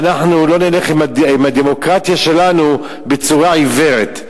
ואנחנו לא נלך עם הדמוקרטיה שלנו בצורה עיוורת.